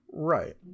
Right